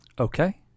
Okay